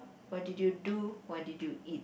what did you do what did you eat